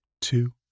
two